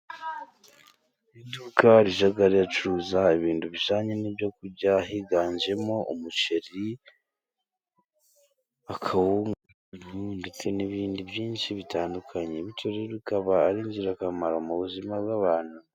Iduka rijya ricuruza ibintu bijyaniranye n'ibyok kurya, higanjemo umuceri, akawunga, ndetse n'ibindi byinshi bitandukanye, bityo rero rikaba ari ingirakamaro mu buzima bw'abantu.